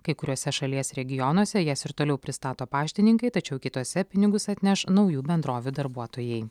kai kuriuose šalies regionuose jas ir toliau pristato paštininkai tačiau kituose pinigus atneš naujų bendrovių darbuotojai